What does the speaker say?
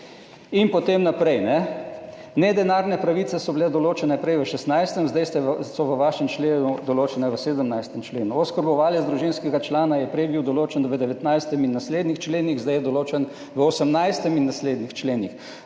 In potem naprej. Denarne pravice so bile določene prej v, 16. zdaj so v vašem členu določene v 17. členu. Oskrbovalec, družinskega člana je prej bil določen v 19. in v naslednjih členih. Zdaj je določen v 18. in naslednjih členih.